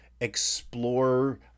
explore